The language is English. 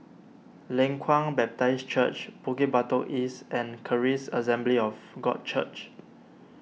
Leng Kwang Baptist Church Bukit Batok East and Charis Assembly of God Church